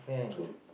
true